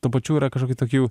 tuo pačiu yra kažkokių tokių